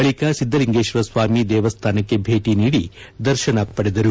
ಬಳಿಕ ಸಿದ್ದಲಿಂಗೇಶ್ವರ ಸ್ವಾಮಿ ದೇವಸ್ಥಾನಕ್ಕೆ ಭೇಟಿ ನೀಡಿ ದರ್ಶನ ಪಡೆದರು